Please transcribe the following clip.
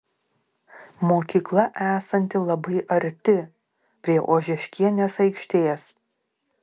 mokykla esanti labai arti prie ožeškienės aikštės